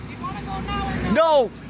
No